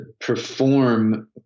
perform